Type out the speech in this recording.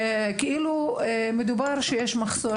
כאילו שמדובר שיש מחסור,